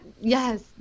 yes